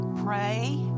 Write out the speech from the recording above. pray